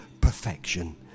perfection